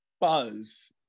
buzz